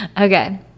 Okay